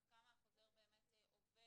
עד כמה החוזר עובד,